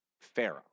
Pharaoh